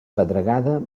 pedregada